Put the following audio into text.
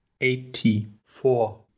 Eighty-four